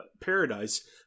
paradise